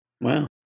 Wow